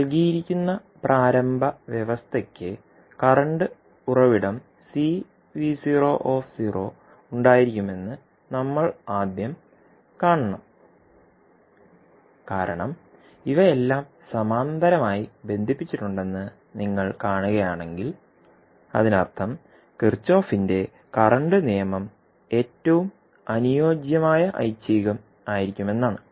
നൽകിയിരിക്കുന്ന പ്രാരംഭ വ്യവസ്ഥയ്ക്ക് കറന്റ് ഉറവിടം Cv o ഉണ്ടായിരിക്കുമെന്ന് നമ്മൾ ആദ്യം കാണണം കാരണം ഇവയെല്ലാം സമാന്തരമായി ബന്ധിപ്പിച്ചിട്ടുണ്ടെന്ന് നിങ്ങൾ കാണുകയാണെങ്കിൽ അതിനർത്ഥം കിർചോഫിന്റെ കറന്റ് നിയമം Kirchhoff's current law ഏറ്റവും അനുയോജ്യമായ ഐച്ഛികം ആയിരിക്കുമെന്നാണ്